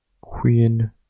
queen